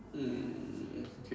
mm